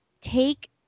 take